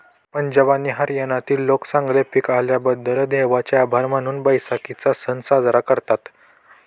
पंजाब आणि हरियाणातील लोक चांगले पीक आल्याबद्दल देवाचे आभार मानून बैसाखीचा सण साजरा करतात